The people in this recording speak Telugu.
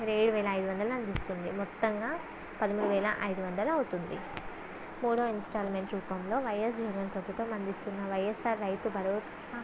పదిహేడు వేల ఐదు వందలు అందిస్తుంది మొత్తంగా పదమూడు వేల ఐదు వందలు అవుతుంది మూడో ఇన్స్టాల్మెంట్ రూపంలో వైయస్ జగన్ ప్రభుత్వం అందిస్తున్న వైయస్సార్ రైతు భరోసా